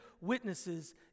witnesses